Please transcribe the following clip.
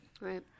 right